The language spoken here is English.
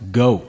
go